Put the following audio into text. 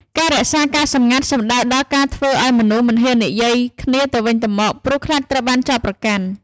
ការរក្សាការសម្ងាត់សំដៅដល់ ការធ្វើឱ្យមនុស្សមិនហ៊ាននិយាយគ្នាទៅវិញទៅមក ព្រោះខ្លាចត្រូវបានចោទប្រកាន់។